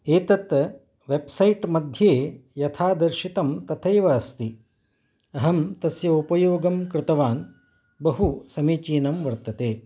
एतत् वैब्सैट् मध्ये यथा दर्शितं तथैव अस्ति अहं तस्य उपयोगं कृतवान् बहुसमीचीनं वर्तते